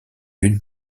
une